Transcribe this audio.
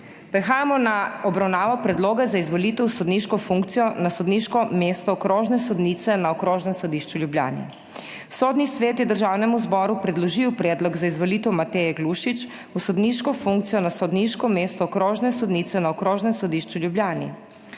Prehajamo na obravnavo Predloga za izvolitev v sodniško funkcijo na sodniško mesto okrožne sodnice na Okrožnem sodišču v Ljubljani. Sodni svet je Državnemu zboru predložil predlog za izvolitev Mateje Glušič v sodniško funkcijo na sodniško mesto okrožne sodnice na Okrožnem sodišču v Ljubljani.